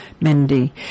Mindy